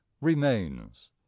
remains